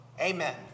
Amen